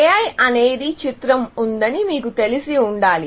AI అనే చిత్రం ఉందని మీకు తెలిసి ఉండాలి